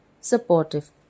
supportive